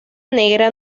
negra